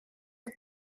het